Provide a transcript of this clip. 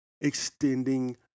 extending